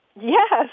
Yes